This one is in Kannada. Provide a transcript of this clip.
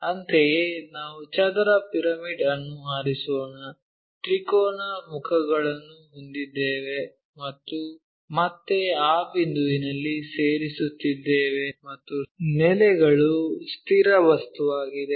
ಅಂತೆಯೇ ನಾವು ಚದರ ಪಿರಮಿಡ್ ಅನ್ನು ಆರಿಸೋಣ ತ್ರಿಕೋನ ಮುಖಗಳನ್ನು ಹೊಂದಿದ್ದೇವೆ ಮತ್ತು ಮತ್ತೆ ಆ ಬಿಂದುವಿನಲ್ಲಿ ಸೇರುತ್ತಿದ್ದೇವೆ ಮತ್ತು ನೆಲೆಗಳು ಸ್ಥಿರ ವಸ್ತುವಾಗಿದೆ